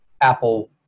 Apple